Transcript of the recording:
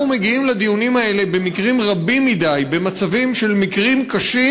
אנחנו מגיעים לדיונים האלה במקרים רבים מדי במצבים של מקרים קשים,